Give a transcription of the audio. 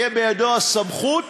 תהיה בידו הסמכות,